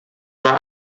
war